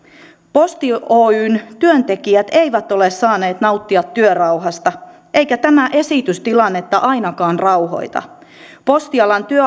posti oyn työntekijät eivät ole saaneet nauttia työrauhasta eikä tämä esitys tilannetta ainakaan rauhoita postialan